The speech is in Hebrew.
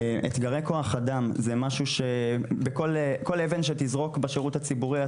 אתגרי כוח אדם הם משהו שבכל אבן שתזרוק בשירות הציבורי,